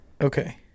Okay